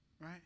right